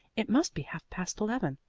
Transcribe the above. it must be half past eleven.